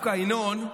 ינון,